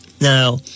now